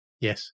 Yes